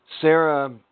Sarah